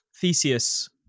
Theseus